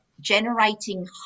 Generating